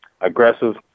aggressive